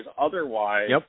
otherwise